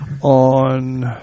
on